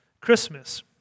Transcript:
Christmas